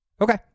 Okay